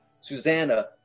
Susanna